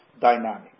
Dynamic